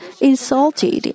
insulted